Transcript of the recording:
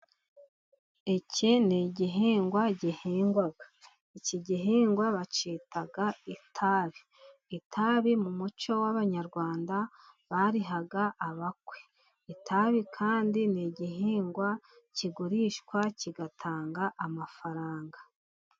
Iki ni igihingwa gihingwa, iki gihingwa bacyita itabi, itabi mu muco w'Abanyarwanda bariha abakwe, itabi kandi ni igihingwa kigurishwa gitanga amafaranga.